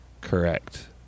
Correct